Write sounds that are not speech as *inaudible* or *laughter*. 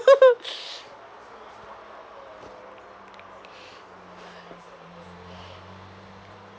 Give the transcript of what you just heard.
*laughs* *noise*